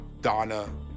Donna